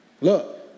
look